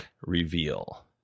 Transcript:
reveal